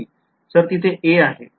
विध्यार्थी सर तिथे a आहे